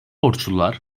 borçlular